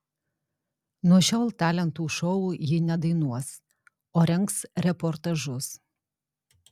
nuo šiol talentų šou ji nedainuos o rengs reportažus